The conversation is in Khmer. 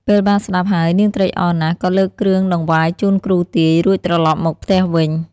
ពេលបានស្តាប់ហើយ នាងត្រេកអរណាស់ ក៏លើកគ្រឿងតង្វាយជូនគ្រូទាយ រួចត្រឡប់មកផ្ទះវិញ ។